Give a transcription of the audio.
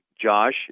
Josh